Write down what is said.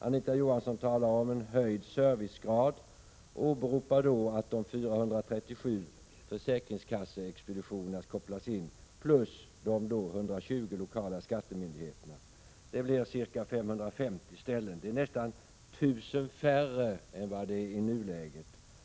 Anita Johansson talar om en höjd servicegrad och åberopar att de 437 försäkringskasseexpeditionerna plus de 120 lokala skattemyndigheterna skall kopplas in. Det blir ca 550 ställen, nästan 1 000 färre än i nuläget.